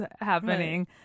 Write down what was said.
happening